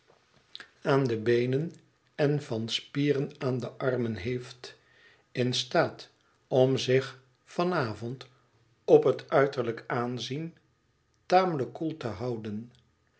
aan de beenen en van spieren aan de armen heeft in staat om zich van avond op het uitterlijk aanzien tamelijk koel te houden